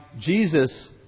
Jesus